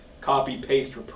copy-paste